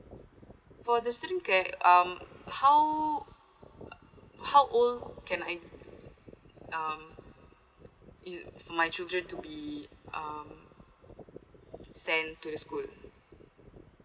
for the student care um how how old can I um it for my children to be um send to the school